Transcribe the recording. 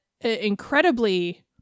incredibly